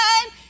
time